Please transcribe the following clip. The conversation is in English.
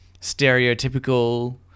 stereotypical